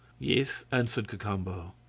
yes, answered cacambo.